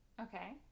Okay